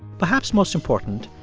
perhaps most important,